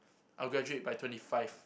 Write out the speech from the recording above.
I will graduate by twenty five